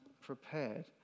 prepared